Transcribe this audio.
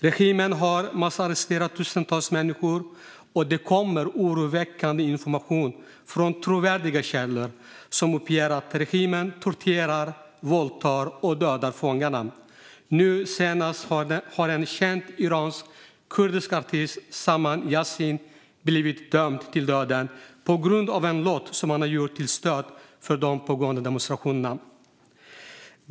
Regimen har massarresterat tusentals människor, och det kommer oroväckande information från trovärdiga källor som uppger att regimen torterar, våldtar och dödar fångarna. Nu senast har en känd iransk-kurdisk artist, Saman Yasin, blivit dömd till döden på grund av en låt som han gjort till stöd för de pågående demonstrationerna.